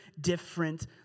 different